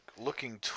looking